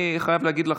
אני חייב להגיד לך,